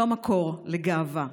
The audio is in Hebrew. לא מקור לגאווה.